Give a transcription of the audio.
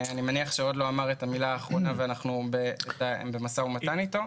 אני מניח שעוד לא אמר את המילה האחרונה ואנחנו במשא ומתן אתו.